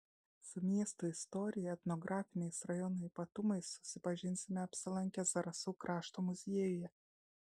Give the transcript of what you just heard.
su miesto istorija etnografiniais rajono ypatumais susipažinsime apsilankę zarasų krašto muziejuje